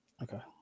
Okay